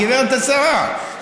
גברת השרה,